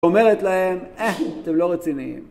אומרת להם, אה, אתם לא רציניים.